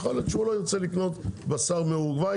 שיכול להיות שהוא לא ירצה לקנות בשר מאורוגוואי,